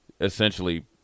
essentially –